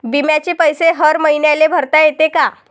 बिम्याचे पैसे हर मईन्याले भरता येते का?